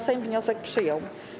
Sejm wniosek przyjął.